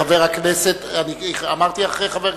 חבר הכנסת אגבאריה,